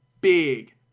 big